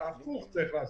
הפוך צריך לעשות.